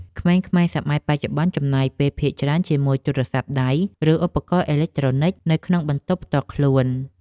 ក្មេងៗសម័យបច្ចុប្បន្នចំណាយពេលភាគច្រើនជាមួយទូរស័ព្ទដៃ ឬឧបករណ៍អេឡិចត្រូនិកនៅក្នុងបន្ទប់ផ្ទាល់ខ្លួន។